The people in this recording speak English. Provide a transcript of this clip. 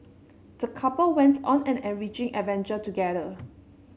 the couple went on an enriching adventure together